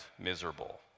miserable